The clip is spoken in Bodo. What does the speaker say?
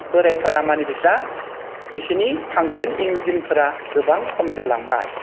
बोरायफोरा माने बिस्रा बिसोरनि फांसन इन्जिनफोरा गोबां खम जालांबाय